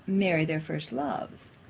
marry their first loves.